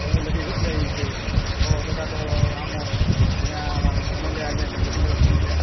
ସବୁ ଲେଖିକରି ଦିଆ ଯାଇଛେ ତ ସେଟା ତ ଆମର ଆଜ୍ଞା ଆମର ଏ ଏମ୍ ଏଲ୍ ଏ ଆଜ୍ଞା ଯେନ୍ ଭୂପିନ୍ଦର ସିଙ୍ଗ କେ